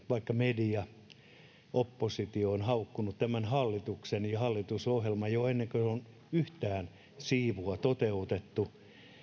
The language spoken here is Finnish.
vaikka media ja oppositio ovat haukkuneet tämän hallituksen ja hallitusohjelman kyvyttömäksi mitääntekemättömäksi jo ennen kuin on yhtään siivua toteutettu